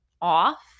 off